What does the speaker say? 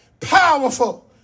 powerful